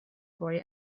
boy